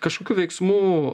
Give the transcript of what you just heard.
kažkokių veiksmų